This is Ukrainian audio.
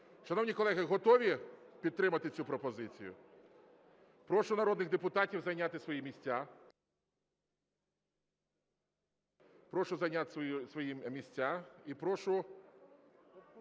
Шановні колеги, готові підтримати цю пропозицію? Прошу народних депутатів зайняти свої місця